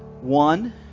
One